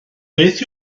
beth